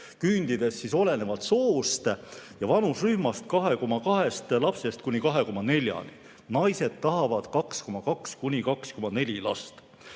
küündides olenevalt soost ja vanuserühmast 2,2 lapsest kuni 2,4‑ni. Naised tahavad 2,2–2,4 last.